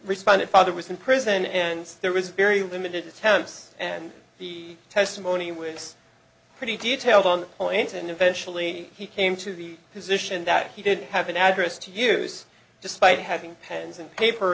responded father was in prison and there was very limited attempts and the testimony was pretty detailed on point and eventually he came to the position that he did have an address to use despite having pens and paper